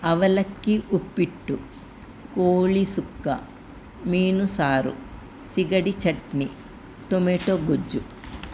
ಅವಲಕ್ಕಿ ಉಪ್ಪಿಟ್ಟು ಕೋಳಿ ಸುಕ್ಕ ಮೀನು ಸಾರು ಸಿಗಡಿ ಚಟ್ನಿ ಟೊಮೆಟೊ ಗೊಜ್ಜು